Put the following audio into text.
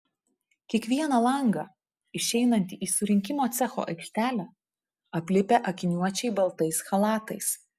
kiekvieną langą išeinantį į surinkimo cecho aikštelę aplipę akiniuočiai baltais chalatais